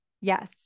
Yes